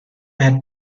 had